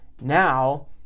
Now